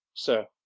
sir,